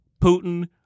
Putin